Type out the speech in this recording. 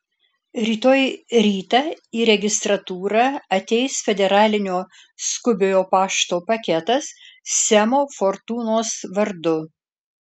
rytoj rytą į registratūrą ateis federalinio skubiojo pašto paketas semo fortūnos vardu